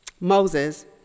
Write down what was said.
Moses